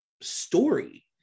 story